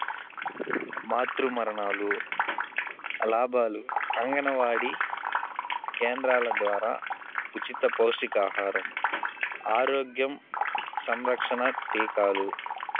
మాతృమరణాలు లాభాలు అంగనవాడీ కేంద్రాల ద్వారా ఉచిత పౌష్టికాహారం ఆరోగ్యం సంరక్షణ టీకాలు